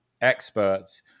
experts